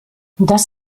das